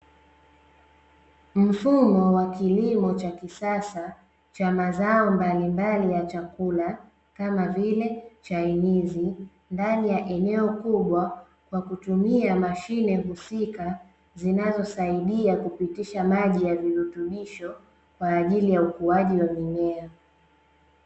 Mfumo wa kilimo cha kisasa cha mazao mbalimbali ya chakula kama vile chainizi ndani ya eneo kubwa kwa kutumia mashine husika zinazosaidia kupitisha maji ya virutubisho kwa ajili ya ukuaji wa mimea.